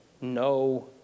no